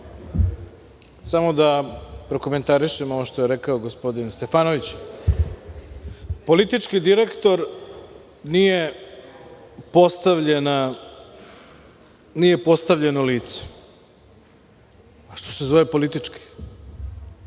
Samo da prokomentarišem ovo što je rekao gospodin Stefanović, politički direktor, nije postavljeno lice, a što se onda zove politički?